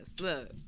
Look